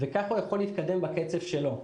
וכך הוא יכול להתקדם בקצב שלו.